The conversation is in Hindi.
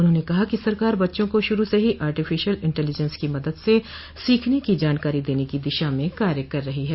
उन्होंने कहा कि सरकार बच्चों को शुरू से ही आर्टिफिशियल इटेलीजेंस की मदद से सीखने की जानकारी देने की दिशा में कार्य कर रही हैं